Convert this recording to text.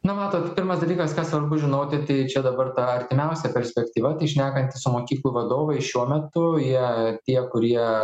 na matot pirmas dalykas ką svarbu žinoti tai čia dabar ta artimiausia perspektyva šnekantis su mokyklų vadovais šiuo metu jie tie kurie